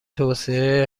توسعه